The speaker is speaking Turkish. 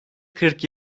kırk